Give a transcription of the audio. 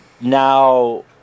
now